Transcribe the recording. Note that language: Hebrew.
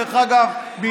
דרך אגב,